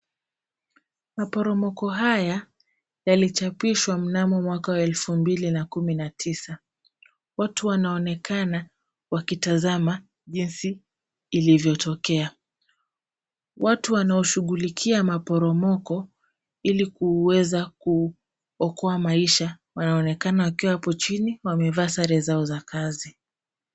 Maporomoko haya yalichapishwa mnano mwaka elfu mbili na kumi na tisa, watu wanaonekana wakitazama jinsi ilivyotokea. Watu wanaoshughulikia maporomoko ili kuweza na kuokoa maisha wanaonekana wakiwa hapo chini, wamevaa sare zao za kazi.